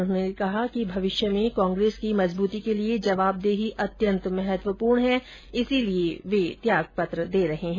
उन्होंने कहा है कि भविष्य में कांग्रेस की मजबूती के लिए जवाबदेही अत्यंत महत्वपूर्ण है इसीलिए वह त्याग पत्र दे रहे हैं